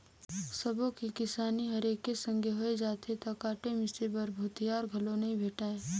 सबो के किसानी हर एके संघे होय जाथे त काटे मिसे बर भूथिहार घलो नइ भेंटाय